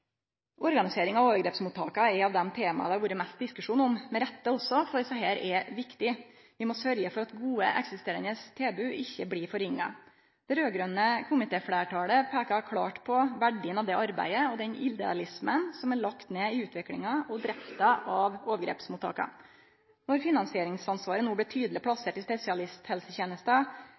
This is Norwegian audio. og straffenivået. Organisering av overgrepsmottaka er av dei temaa det har vore mykje diskusjon om – med rette også, for dette er viktig. Vi må sørgje for at gode, eksisterande tilbod ikkje blir dårlegare. Det raud-grøne komitéfleirtalet peiker klart på verdien av det arbeidet og den idealismen som er lagd ned i utviklinga og drifta av overgrepsmottaka. Når finansieringsansvaret no blir tydeleg plassert i spesialisthelsetenesta,